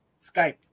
Skype